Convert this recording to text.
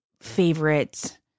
favorite